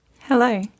Hello